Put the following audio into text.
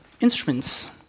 instruments